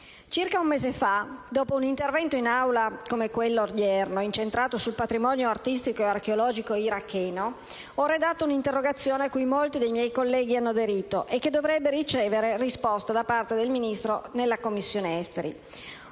Circa un mese fa, dopo un intervento in Aula come quello odierno, incentrato sul patrimonio artistico e archeologico iracheno, ho redatto un'interrogazione cui molti dei miei colleghi hanno aderito e che dovrebbe ricevere risposta da parte del Ministro in Commissione esteri.